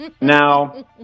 Now